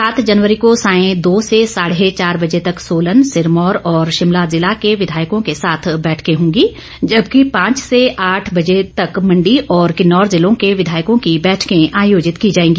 सात जनवरी को सांय दो से साढ़े चार बजे तक सोलन सिरमौर और शिमला जिला के विधायकों के साथ बैठकें होंगी जबकि पांच से आठ बजे तक मण्डी और किन्नौर जिलों के विधायकों की बैठकें आयोजित की जाएगी